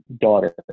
daughter